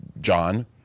John